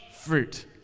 fruit